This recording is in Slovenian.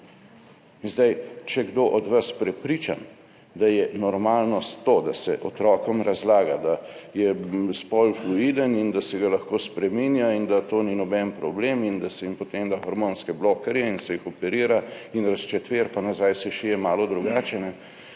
je kdo od vas prepričan, da je normalnost to, da se otrokom razlaga, da je spol fluiden in da se ga lahko spreminja in da to ni noben problem in da se jim potem da hormonske blokerje in se jih operira, razčetveri in nazaj sešije malo drugače,